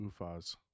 UFAS